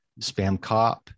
Spamcop